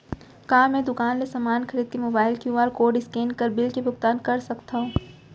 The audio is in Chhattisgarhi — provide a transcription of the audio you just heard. का मैं दुकान ले समान खरीद के मोबाइल क्यू.आर कोड स्कैन कर बिल के भुगतान कर सकथव?